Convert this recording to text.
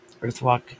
earthwalk